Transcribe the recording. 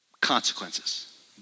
Consequences